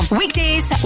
weekdays